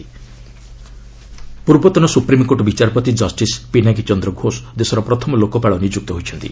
ଘୋଷ୍ ଲୋକପାଳ ପୂର୍ବତନ ସୁପ୍ରିମ୍କୋର୍ଟ ବିଚାରପତି ଜଷ୍ଟିସ୍ ପିନାକୀ ଚନ୍ଦ୍ର ଘୋଷ୍ ଦେଶର ପ୍ରଥମ ଲୋକପାଳ ନିଯୁକ୍ତ ହୋଇଛନ୍ତି